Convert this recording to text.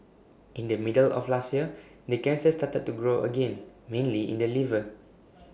in the middle of last year the cancer started to grow again mainly in the liver